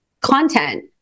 content